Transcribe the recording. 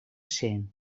sin